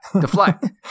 deflect